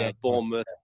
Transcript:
Bournemouth